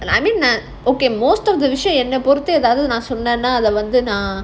I mean okay most of the அத வந்து நான்:adha vandhu naan